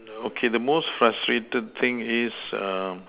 okay the most frustrated thing is err